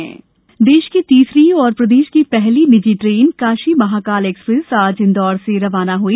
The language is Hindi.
महाकाल ट्रेन देश की तीसरी और प्रदेश की पहली निजी ट्रेन काशी महाकाल एक्सप्रेस आज इंदौर से रवाना हुई